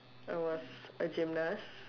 I was a gymnast